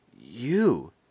You